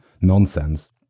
nonsense